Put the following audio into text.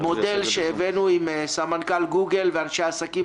מודל שהביאנו עם סמנכ"ל גוגל ואנשי עסקים